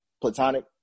platonic